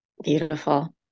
Beautiful